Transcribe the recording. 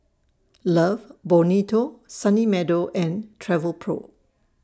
Love Bonito Sunny Meadow and Travelpro